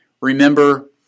remember